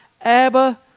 Abba